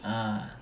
ah